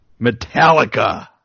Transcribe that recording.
Metallica